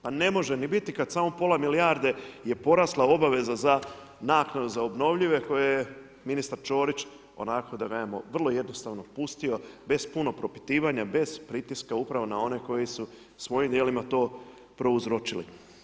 Pa ne može ni biti kad samo pola milijarde je porasla obaveza za naknadu za obnovljive koje je ministar Ćorić, onako da kažemo, vrlo jednostavno pustio, bez puno propitivanje, bez pritiska upravo na one koji su svojim djelima to prouzročili.